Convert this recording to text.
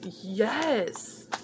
yes